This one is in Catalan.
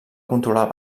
controlar